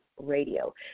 radio